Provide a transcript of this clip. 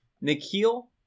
Nikhil